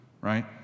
right